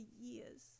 years